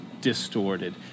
distorted